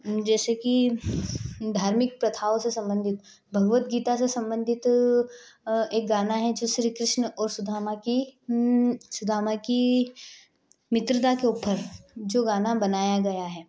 जैसे कि धार्मिक प्रथाओं से सम्बंधित भगवत गीता से सम्बंधित एक गाना है जो श्री कृष्ण और सुदामा की सुदामा की मित्रता के ऊपर जो गाना बनाया गया है